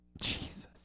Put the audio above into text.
Jesus